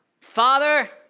Father